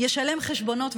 חשבונות,